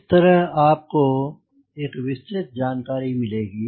इस प्रकार आपको एक विस्तृत जानकारी मिलेगी